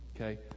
Okay